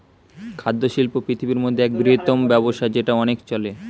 খাদ্য শিল্প পৃথিবীর মধ্যে এক বৃহত্তম ব্যবসা যেটা অনেক চলে